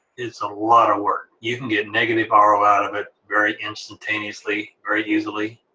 is a lot of work. you can get negative ah roi out of it very instantaneously, very easily.